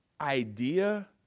idea